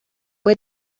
fue